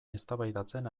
eztabaidatzen